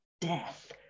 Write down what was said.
death